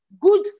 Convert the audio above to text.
Good